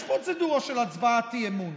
יש פרוצדורה של הצבעת אי-אמון.